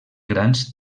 grans